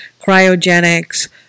cryogenics